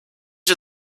are